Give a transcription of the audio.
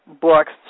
books